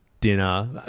dinner